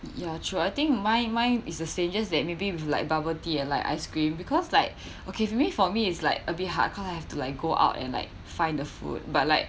ya true I think mine mine is the stages that maybe you like bubble tea ah like ice cream because like okay for me for me is like a bit hard because I have to like go out and like find the food but like